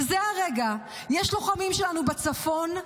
בזה הרגע יש לוחמים שלנו בצפון,